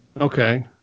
Okay